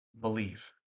believe